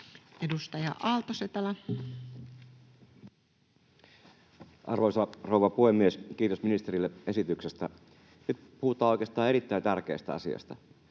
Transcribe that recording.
16:21 Content: Arvoisa rouva puhemies! Kiitos ministerille esityksestä. Nyt puhutaan oikeastaan erittäin tärkeästä asiasta.